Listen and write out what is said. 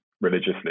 religiously